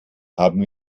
haben